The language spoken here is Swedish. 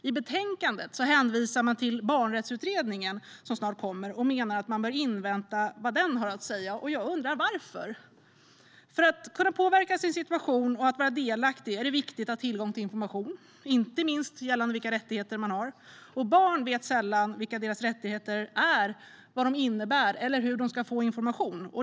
I betänkandet hänvisar man till Barnrättighetsutredningen som snart kommer och menar att man bör invänta vad den har att säga. Jag undrar: Varför? För att kunna påverka sin situation och vara delaktig är det viktigt att ha tillgång till information, inte minst gällande vilka rättigheter man har. Barn vet sällan vilka deras rättigheter är, vad deras rättigheter innebär eller hur de ska få information.